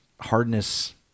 hardness